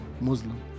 Muslim